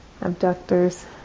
abductors